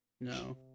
No